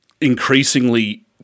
increasingly